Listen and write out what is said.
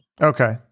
Okay